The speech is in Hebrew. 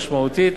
משמעותית,